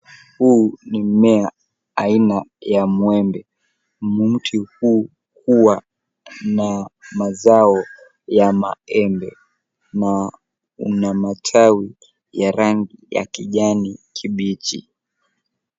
Huu ni mmea aina ya mwembe. Mti huu huwa na mazao ya maembe na una matawi ya rangi ya kijani kibichi.